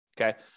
Okay